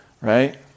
right